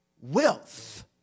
Wealth